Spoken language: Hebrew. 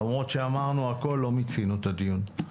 למרות שאמרנו הכול לא מיצינו את הדיון.